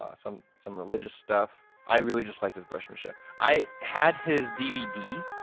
ah some some religious stuff. i really just like this brushmanship. i had his dvd